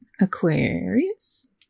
Aquarius